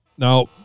Now